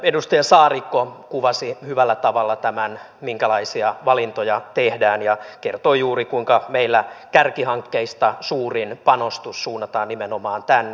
edustaja saarikko kuvasi hyvällä tavalla tämän minkälaisia valintoja tehdään ja kertoi juuri sen kuinka meillä kärkihankkeista suurin panostus suunnataan nimenomaan tänne